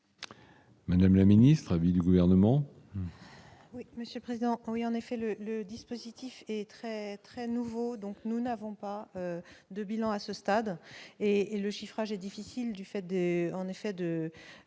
Madame la ministre du gouvernement.